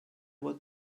were